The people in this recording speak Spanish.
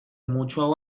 mucho